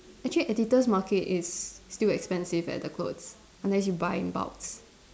actually Editor's Market is still expensive eh the clothes unless you buy in bulks